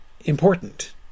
important